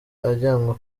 ajyanwa